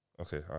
Okay